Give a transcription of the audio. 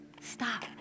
stop